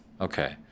okay